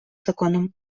законом